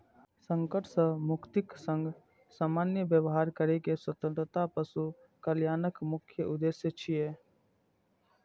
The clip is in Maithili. संकट सं मुक्तिक संग सामान्य व्यवहार करै के स्वतंत्रता पशु कल्याणक मुख्य उद्देश्य छियै